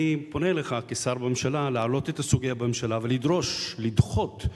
אני פונה אליך כשר בממשלה להעלות את הסוגיה בממשלה ולדרוש לדחות,